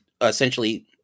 essentially